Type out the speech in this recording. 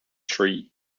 tree